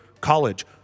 college